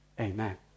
Amen